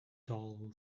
dull